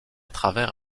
travers